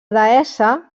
deessa